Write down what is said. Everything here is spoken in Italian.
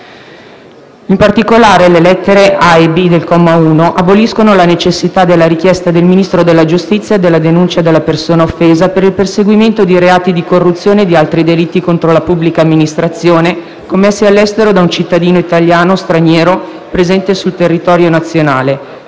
In particolare, le lettere *a)* e *b)* del comma 1 aboliscono la necessità della richiesta del Ministro della giustizia e della denuncia della persona offesa per il perseguimento di reati di corruzione e altri delitti contro la pubblica amministrazione commessi all'estero da un cittadino italiano o straniero presente sul territorio nazionale,